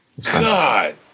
God